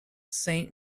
saint